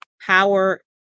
power